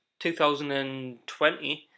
2020